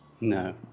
No